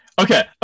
Okay